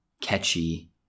catchy